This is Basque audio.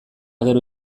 gero